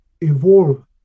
evolve